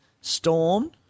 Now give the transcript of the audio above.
Storm